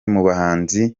mubahanzi